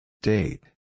Date